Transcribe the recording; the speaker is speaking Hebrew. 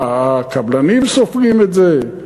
מה, הקבלנים סופגים את זה?